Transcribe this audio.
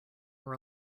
were